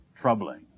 troubling